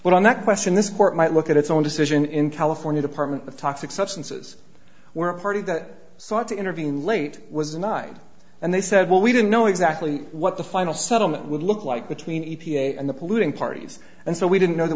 but on that question this court might look at its own decision in california department of toxic substances where a party that sought to intervene late was a nod and they said well we didn't know exactly what the final settlement would look like between e p a and the polluting parties and so we didn't know that